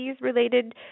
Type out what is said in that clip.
related